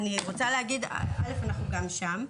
אנחנו גם שם,